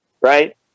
Right